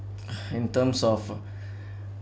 in terms of